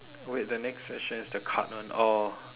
wait the next session is the card one oh